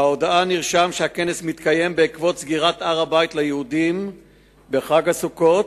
בהודעה נרשם שהכנס מתקיים בעקבות סגירת הר-הבית ליהודים בחג הסוכות,